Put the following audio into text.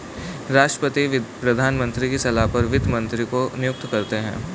राष्ट्रपति प्रधानमंत्री की सलाह पर वित्त मंत्री को नियुक्त करते है